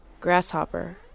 grasshopper